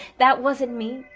that wasn't me.